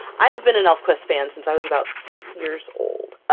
i've been an elfquest fan since i was about six years old.